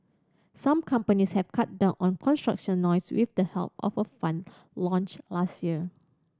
some companies have cut down on construction noise with the help of a fund launched last year